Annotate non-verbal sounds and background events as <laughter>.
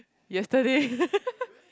yesterday <laughs>